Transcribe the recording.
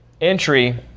entry